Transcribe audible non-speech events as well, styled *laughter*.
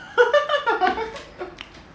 *laughs*